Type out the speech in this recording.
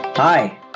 Hi